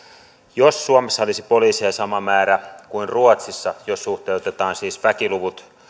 jos suomessa olisi poliiseja sama määrä kuin ruotsissa jos suhteutetaan siis väkiluvut